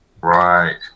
Right